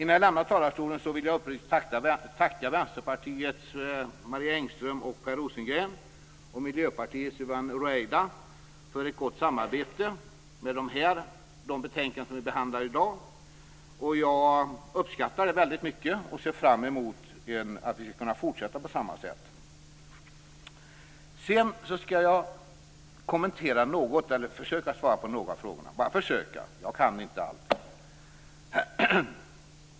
Jag vill uppriktigt tacka Vänsterpartiets Marie Yvonne Ruwaida för ett gott samarbete kring de betänkanden som vi i dag behandlar. Jag uppskattar det väldigt mycket och ser fram emot att vi kan fortsätta på samma sätt. Jag skall också försöka svara på några av de frågor som har ställts, för jag kan inte allt.